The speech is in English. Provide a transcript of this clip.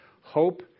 hope